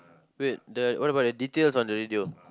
wait the what about the details on the radio